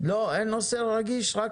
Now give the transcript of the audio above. נושא רגיש, רק